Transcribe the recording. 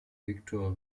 viktor